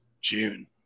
June